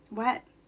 what